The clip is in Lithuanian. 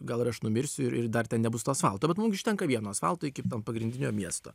gal ir aš numirsiu ir ir dar ten nebus to asfalto bet mum užtenka vieno asfalto iki ten pagrindinio miesto